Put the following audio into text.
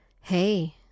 Hey